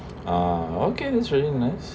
ah okay that's really nice